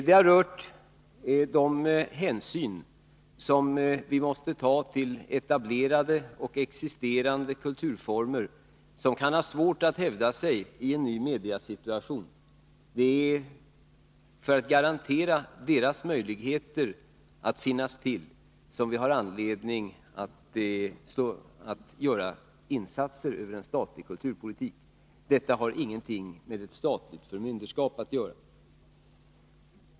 Det har rört de hänsyn som vi måste ta till etablerade och existerande kulturformer, som kan ha svårt att hävda sig i en ny mediasituation. Det är för att garantera deras möjligheter att finnas till som vi har anledning att göra insatser över en statlig kulturpolitik. Detta har ingenting med ett statligt förmynderskap att göra.